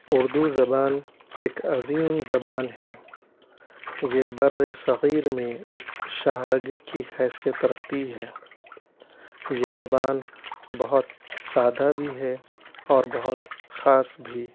اردو زبان ایک عظیم زبان ہے یہ بر صغیر میں ایک شاہ رگ کی حیثیت رکھتی ہے یہ زبان بہت سادہ بھی ہے اور بہت خاص بھی